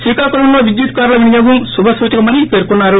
శ్రీకాకుళంలో విద్యుత్ కార్ల వినియోగం శుభ ్సూచకమని పేర్కొన్నారు